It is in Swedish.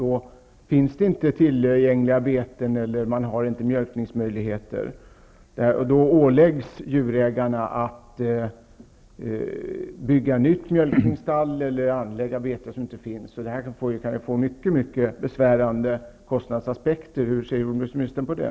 Då finns det inte beten tillgängliga eller mjölkningsmöjligheter. Djurägarna åläggs då att bygga nytt mjölkningsstall eller anlägga beten. Det kan få mycket besvärande kostnadsaspekter. Hur ser jordbruksministern på det?